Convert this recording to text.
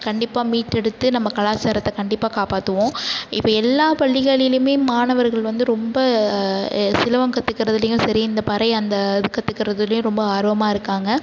கண்டிப்பாக மீட்டெடுத்து நம்ம கலாச்சாரத்தை கண்டிப்பாக காப்பாற்றுவோம் இப்போ எல்லா பள்ளிகளிலேமே மாணவர்கள் வந்து ரொம்ப சிலவம் கற்றுக்கறதுலயும் சரி இந்த பறை அந்த இது கற்றுகறதுலயும் ரொம்ப ஆர்வமாக இருக்காங்கள்